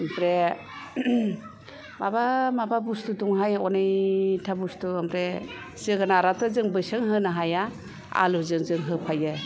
ओमफ्राय माबा माबा बुस्थु दंहाय अनेकथा बुस्थु ओमफ्राय जोगोनाराथ' जों बैसां होनो हाया आलुजों जों होफायो